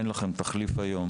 אין לכם תחליף היום